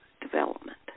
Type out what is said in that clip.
development